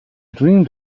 dreamed